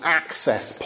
access